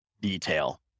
detail